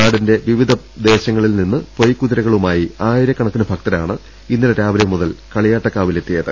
നാടിന്റെ വിവിധ ദേശങ്ങളിൽനിന്ന് പൊയ്ക്കുതിരകളുമായി ആയിരക്കണക്കിന് ഭക്തരാണ് ഇന്നലെ രാവിലെ മുതൽ കളിയാട്ടക്കാവിലെത്തിയത്